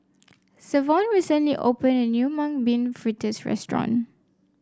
Savon recently opened a new Mung Bean Fritters restaurant